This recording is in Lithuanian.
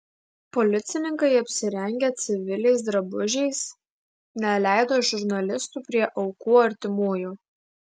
policininkai apsirengę civiliais drabužiais neleido žurnalistų prie aukų artimųjų